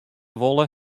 wolle